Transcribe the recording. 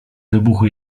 wybuchu